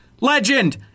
Legend